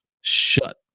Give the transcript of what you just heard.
shut